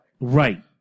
Right